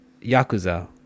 Yakuza